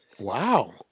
Wow